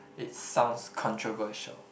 it sounds controversial